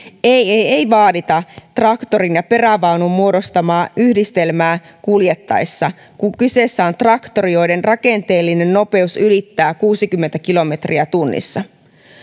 ei vaadita traktorin ja perävaunun muodostamaa yhdistelmää kuljettaessa kun kyseessä on traktori jonka rakenteellinen nopeus ylittää kuusikymmentä kilometriä tunnissa